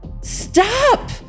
Stop